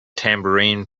tambourine